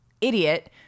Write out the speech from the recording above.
idiot